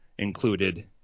included